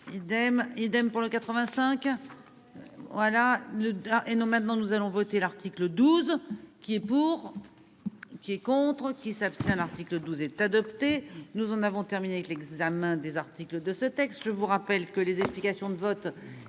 Idem pour le 85. Voilà, Neda et nous maintenant nous allons voter l'article 12 qui est pour. Qui est contre qui s'abstient. L'article 12 est adopté. Nous en avons terminé avec l'examen des articles de ce texte. Je vous rappelle que les explications de vote